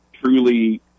truly